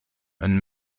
and